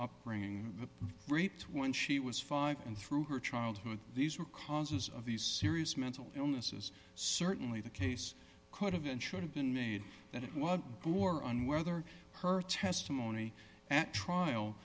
upbringing raped when she was five and through her childhood these are causes of these serious mental illnesses certainly the case could have and should have been made that it was more on whether her testimony at trial